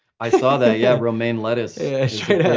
i saw that yeah, romaine lettuce. straight up.